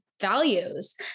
values